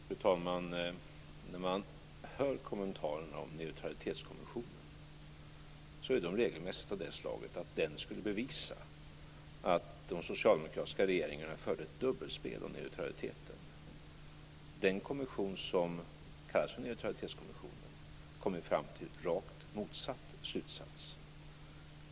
Fru talman! När man hör kommentarerna om Neutralitetskommissionen är de regelmässigt av det slaget att den skulle bevisa att de socialdemokratiska regeringarna förde ett dubbelspel om neutraliteten. Den kommission som kallades för Neutralitetskommissionen kom ju fram till rakt motsatt slutsats.